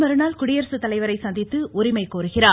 மறுநாள் குடியரசுத்தலைவரை சந்தித்து உரிமை கோருகிறார்